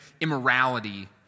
immorality